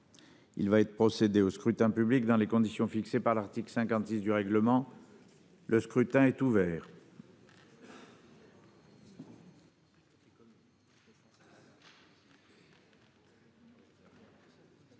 Il va être procédé au scrutin dans les conditions fixées par l’article 56 du règlement. Le scrutin est ouvert.